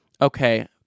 Okay